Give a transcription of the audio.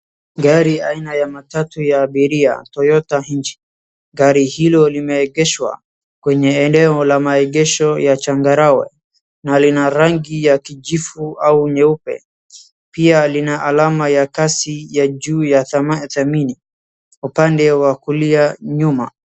Gari aina ya matatu ya abiria, Toyota hinchi. Gari hilo limeegeshwa kwenye eneo la maegesho ya changarawe, na lina rangi ya kijivu au nyeupe. Pia lina alama ya kasi ya juu ya thamini, upande wa kulia nyuma.